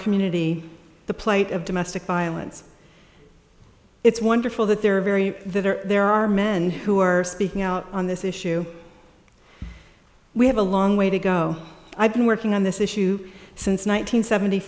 community the plate of domestic violence it's wonderful that there are very that are there are men who are speaking out on this issue we have a long way to go i've been working on this issue since one nine hundred seventy